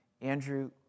Andrew